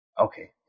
Okay